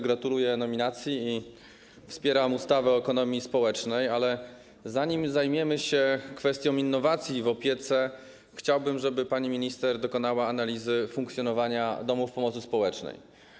Gratuluję nominacji i wspieram ustawę o ekonomii społecznej, ale zanim zajmiemy się kwestią innowacji w opiece, chciałbym, żeby pani minister dokonała analizy funkcjonowania domów pomocy społecznej.